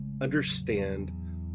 understand